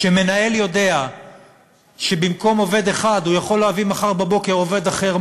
כשמנהל יודע שבמקום עובד אחד הוא יכול להביא מחר בבוקר עובד אחר,